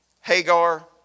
Hagar